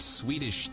Swedish